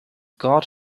god